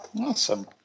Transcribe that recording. Awesome